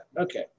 okay